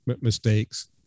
mistakes